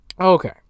Okay